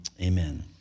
Amen